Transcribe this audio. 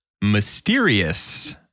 mysterious